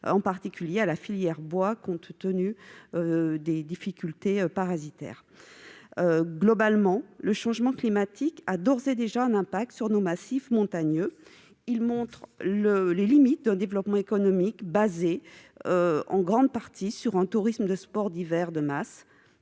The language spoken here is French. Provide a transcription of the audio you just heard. en particulier celle du bois, compte tenu des difficultés parasitaires. Globalement, le changement climatique a d'ores et déjà un impact sur nos massifs montagneux. Il montre les limites d'un développement économique fondé en grande partie sur un tourisme de sports d'hiver de masse.